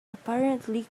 apparently